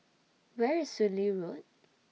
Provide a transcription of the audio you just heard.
Where IS Soon Lee Road